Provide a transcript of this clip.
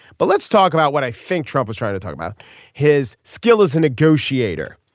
but let's talk about what i think trump is trying to talk about his skill as a negotiator.